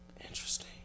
Interesting